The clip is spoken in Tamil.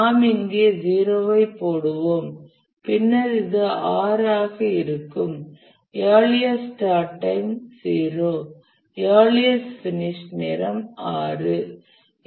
நாம் இங்கே 0 ஐ போடுவோம் பின்னர் இது 6 ஆக இருக்கும் earliest start time 0 earliest finish நேரம் 6 ஆகும்